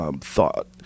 thought